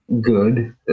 good